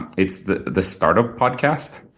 it's the the startup podcast.